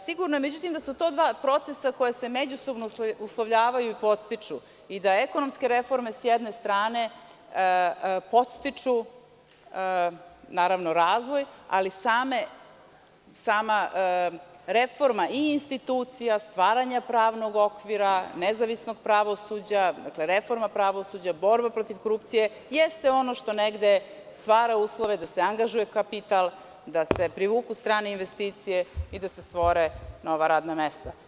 Sigurno je međutim da su to dva procesa koji se međusobno uslovljavaju i podstiču i da ekonomske reforme, s jedne strane, podstiču razvoj, ali sama reforma i institucija, stvaranja pravnog okvira, nezavisnog pravosuđa, dakle reforma pravosuđa, borba protiv korupcije, jeste ono što negde stvara uslove da se angažuje kapital, da se privuku strane investicije i da se stvore nova radna mesta.